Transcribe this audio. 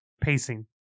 pacing